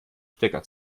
stecker